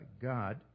God